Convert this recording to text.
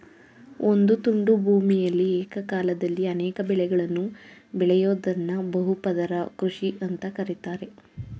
ಒಂದು ತುಂಡು ಭೂಮಿಯಲಿ ಏಕಕಾಲದಲ್ಲಿ ಅನೇಕ ಬೆಳೆಗಳನ್ನು ಬೆಳಿಯೋದ್ದನ್ನ ಬಹು ಪದರ ಕೃಷಿ ಅಂತ ಕರೀತಾರೆ